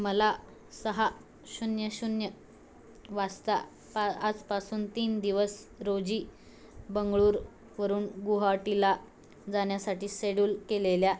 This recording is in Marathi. मला सहा शून्य शून्य वासता पा आजपासून तीन दिवस रोजी बेंगळुरू वरून गुवाहाटीला जाण्यासाठी सेड्यूल केलेल्या